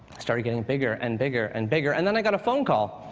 started getting bigger and bigger and bigger. and then i got a phone call,